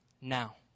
now